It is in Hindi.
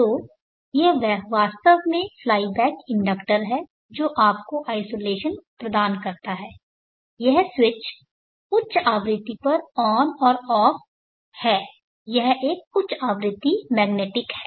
तो यह वास्तव में एक फ्लाई बैक इंडक्टर है जो आपको आइसोलेशन प्रदान करता है यह स्विच उच्च आवृत्ति पर ऑन और ऑफ है यह एक उच्च आवृत्ति मैग्नेटिक है